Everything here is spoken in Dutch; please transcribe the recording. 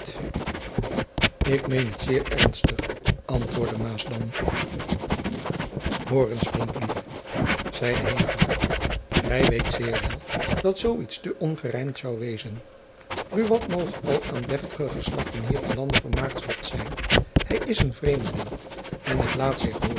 ik meen het zeer ernstig antwoordde maasdam hoor eens vriendlief zeide heenvliet gy weet zeer wel dat zoo iets te ongerijmd zoû wezen buat moge al aan deftige geslachten hier te lande vermaagschapt zijn hy is een vreemdeling en het laat zich